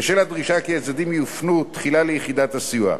בשל הדרישה כי הצדדים יופנו תחילה ליחידת הסיוע.